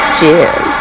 Cheers